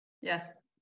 Yes